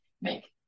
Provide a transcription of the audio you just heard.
make